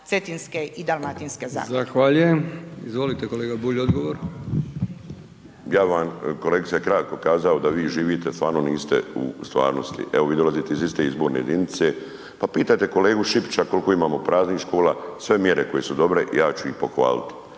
**Brkić, Milijan (HDZ)** Zahvaljujem, izvolite kolega Bulj, odgovor. **Bulj, Miro (MOST)** Ja vam bi vam kolegice kratko kazao da vi živite, stvarno niste u stvarnosti, evo vi dolazite iz iste izborne jedinice, pa pitajte kolegu Šipića koliko imamo praznih škola, sve mjere koje su dobre, ja ću ih pohvaliti,